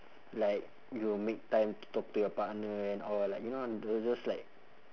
like you make time to talk to your partner and all like you know those those like